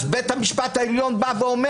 בית המשפט העליון אומר: